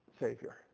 Savior